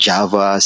Java